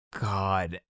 God